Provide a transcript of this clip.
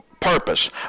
purpose